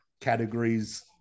categories